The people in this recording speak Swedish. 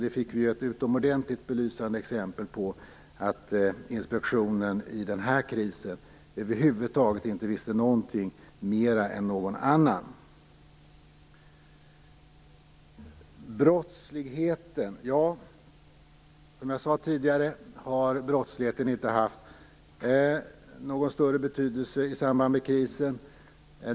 Det fick vi ett utomordentligt belysande exempel på i samband med den här krisen, då inspektionen över huvud taget inte visste någonting mer än någon annan. Som jag sade tidigare har brottsligheten inte haft någon större betydelse i samband med krisen.